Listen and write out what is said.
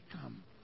come